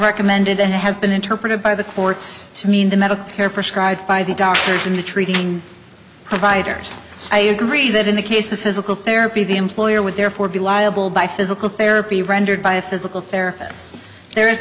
recommended and has been interpreted by the courts to mean the medicare prescribe by the doctors and the treating providers i agree that in the case of physical therapy the employer would therefore be liable by physical therapy rendered by a physical therapist there is